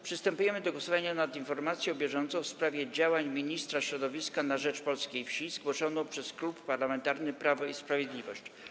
Przystępujemy do głosowania nad informacją bieżącą w sprawie działań ministra środowiska na rzecz polskiej wsi, zgłoszoną przez Klub Parlamentarny Prawo i Sprawiedliwość.